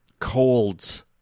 Colds